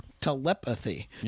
Telepathy